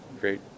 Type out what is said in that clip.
great